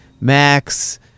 Max